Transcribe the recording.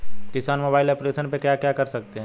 किसान mobile application पे क्या क्या कर सकते हैं?